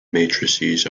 matrices